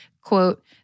quote